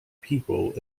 people